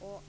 år.